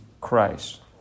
Christ